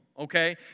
okay